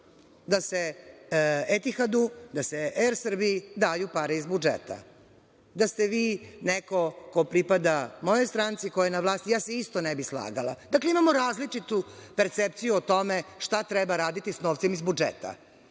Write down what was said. da se „Etihadu“, da se „Er Srbiji“ daju pare iz budžeta. Da ste vi neko ko pripada mojoj stranci, koja je na vlasti, ja se isto ne bi slagala. Dakle, imamo različitu percepciju o tome šta treba raditi sa novcem iz budžeta.